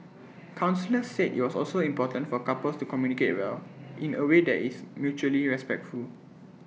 counsellors said IT was also important for couples to communicate well in away that is mutually respectful